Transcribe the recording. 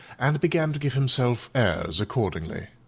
and began to give himself airs accordingly.